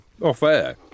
off-air